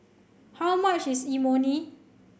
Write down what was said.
how much is Imoni